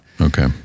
Okay